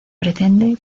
pretende